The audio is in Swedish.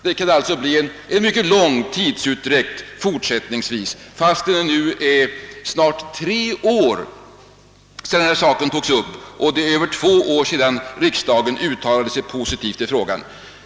Det blir alltså en mycket stor tidsutdräkt fortsättningsvis, fastän det nu är snart tre år sedan denna sak togs upp och över två år sedan riksdagen uttalade sig positivt i frågan.